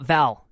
Val